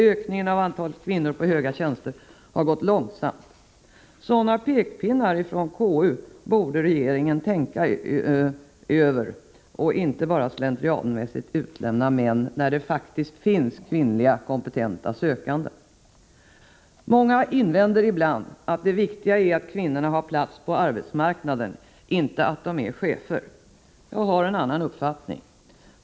Ökningen av andelen kvinnor på de högsta tjänsterna har däremot gått mycket långsamt.” Sådana pekpinnar från konstitutionsutskottet borde regeringen tänka på och inte bara slentrianmässigt utnämna män, när det faktiskt finns kvinnliga kompetenta sökande. Många invänder ibland att det viktiga är att kvinnorna har plats på arbetsmarknaden, inte att de är chefer. Jag har en annan uppfattning.